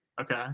Okay